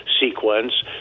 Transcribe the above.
sequence